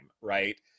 right